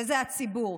וזה הציבור.